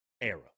era